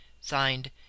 signed